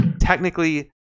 technically